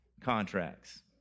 contracts